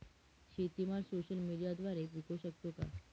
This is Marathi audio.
शेतीमाल सोशल मीडियाद्वारे विकू शकतो का?